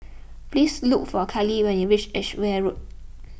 please look for Carly when you reach Edgeware Road